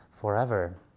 forever